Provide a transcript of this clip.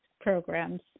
programs